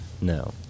No